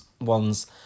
ones